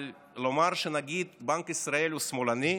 אבל לומר שנגיד בנק ישראל הוא שמאלני?